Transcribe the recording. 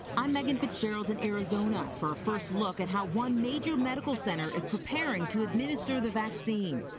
i'm meagan fitzgerald in arizona for a first look at how one major medical center is preparing to administer the vaccine.